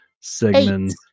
Sigmund